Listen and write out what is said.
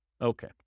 Okay